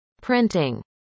printing